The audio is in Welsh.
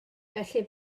felly